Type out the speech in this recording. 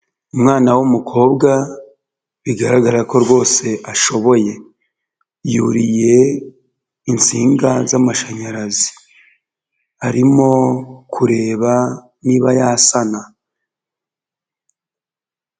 Umwana w'umukobwa bigaragara ko rwose ashoboye, yuriye insinga z'amashanyarazi arimo kureba niba yasana.